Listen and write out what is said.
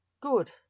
Good